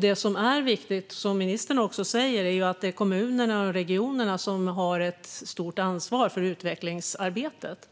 Det som är viktigt, vilket ministern också säger, är att det är kommunerna och regionerna som har ett stort ansvar för utvecklingsarbetet.